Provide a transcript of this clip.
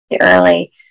early